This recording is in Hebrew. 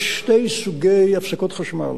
יש שני סוגי הפסקות חשמל: